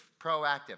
proactive